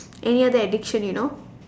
any other addiction you know